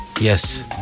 Yes